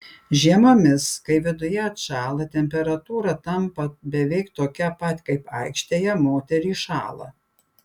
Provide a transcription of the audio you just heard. žiemomis kai viduje atšąla temperatūra tampa beveik tokia pat kaip aikštėje moterys šąla